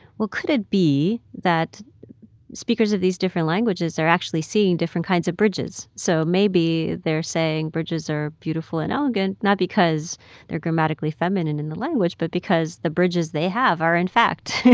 well, could it be that speakers of these different languages are actually seeing different kinds of bridges? so maybe they're saying bridges are beautiful and elegant, not because they're grammatically feminine in the language, but because the bridges they have are, in fact,